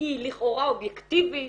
היא לכאורה אובייקטיבית,